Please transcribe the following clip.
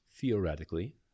theoretically